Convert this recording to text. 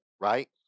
right